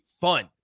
fun